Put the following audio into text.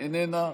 איננה,